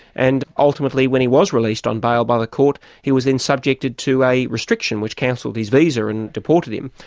and ultimately when he was released on bail by the court he was then subjected to a restriction which cancelled his visa and deported him.